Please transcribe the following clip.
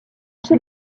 chez